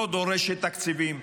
לא דורשת תקציבים,